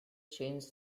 change